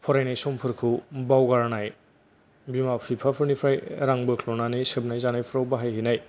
फरायनाय समफोरखौ बावगारनाय बिमा बिफाफोरनिफ्राय रां बोख्ल'नानै सोबनाय जानायफ्राव बाहायहैनाय